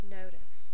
notice